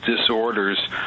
disorders